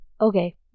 okay